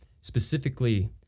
specifically